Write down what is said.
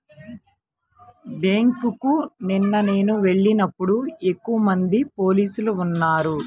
బ్యేంకుకి నిన్న నేను వెళ్ళినప్పుడు ఎక్కువమంది పోలీసులు ఉన్నారు